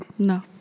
No